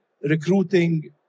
recruiting